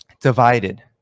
divided